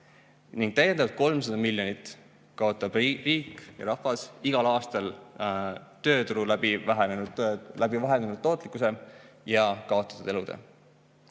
ning täiendavalt 300 miljonit kaotab riik ja rahvas igal aastal tööturul vähenenud tootlikkuse ja kaotatud elude